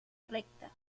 recta